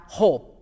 hope